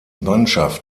mannschaft